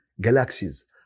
galaxies